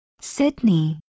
Sydney